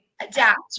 Adapt